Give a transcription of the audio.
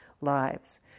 lives